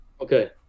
Okay